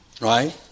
Right